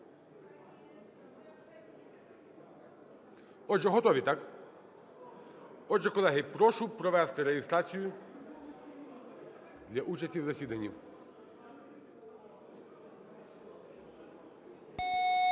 Отже, готові, так? Отже, колеги, прошу провести реєстрацію для участі в засіданні.